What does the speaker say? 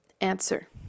answer